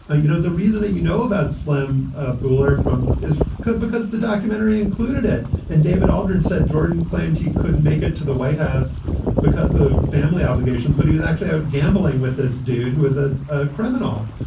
ah you know, the reason that you know about slim ah buhler from is good because the documentary included it in david aldridge said jordan claimed he couldn't make it to the white house because of family obligations. but he was actually out gambling with this dude who is ah a criminal.